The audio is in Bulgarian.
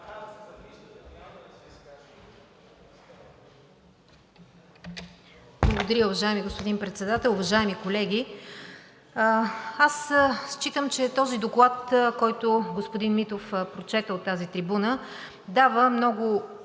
Благодаря, уважаеми господин Председател! Уважаеми колеги, аз считам, че този доклад, който господин Митов прочете от тази трибуна, дава отговори